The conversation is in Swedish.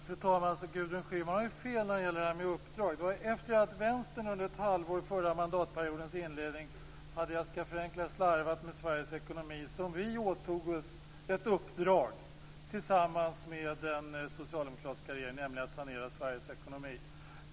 Fru talman! Gudrun Schyman har fel när det gäller det här med uppdrag. Det var efter det att vänstern under ett halvår vid förra mandatperiodens inledning - jag skall förenkla det - hade slarvat med Sveriges ekonomi som vi åtog oss ett uppdrag tillsammans med den socialdemokratiska regeringen, nämligen att sanera Sveriges ekonomi.